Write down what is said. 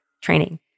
training